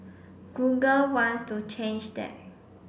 Google wants to change that